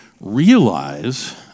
realize